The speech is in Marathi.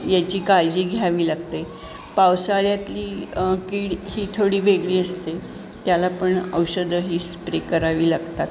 याची काळजी घ्यावी लागते पावसाळ्यातली कीड ही थोडी वेगळी असते त्याला पण औषधं ही स्प्रे करावी लागतात